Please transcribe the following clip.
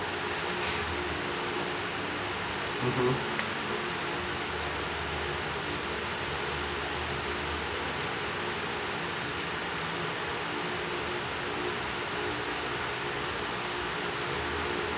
mmhmm